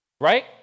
Right